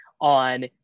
on